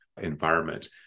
environment